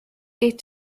get